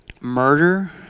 murder